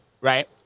right